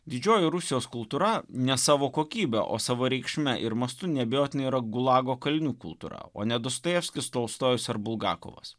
didžioji rusijos kultūra ne savo kokybe o savo reikšme ir mastu neabejotinai yra gulago kalinių kultūra o ne dostojevskis tolstojus ar bulgakovas